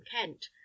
kent